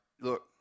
look